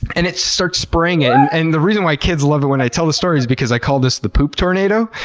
and it starts spraying it. and and the reason why kids love it when i tell the story is because i called this the poop tornado.